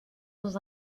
dans